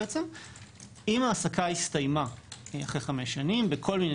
אם העסקה הסתיימה אחרי 5 שנים בכל מיני